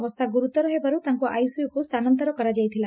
ଅବସ୍ଥା ଗୁରୁତର ହେବାରୁ ତାଙ୍କୁ ଆଇସିୟୁକୁ ସ୍ଚାନାନ୍ତର କରାଯାଇଥିଲା